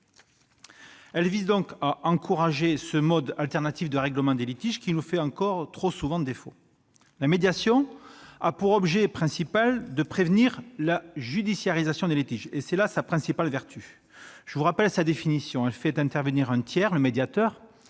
Il tend donc à encourager ce mode alternatif de règlements des litiges, qui nous fait encore trop souvent défaut. La médiation a pour objet principal de prévenir la judiciarisation des litiges. C'est là sa principale vertu. Je vous rappelle sa définition : elle fait intervenir un tiers, le médiateur,